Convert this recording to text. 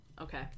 Okay